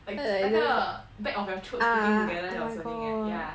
like 那个 back of your throat splitting together that kind of 声音 leh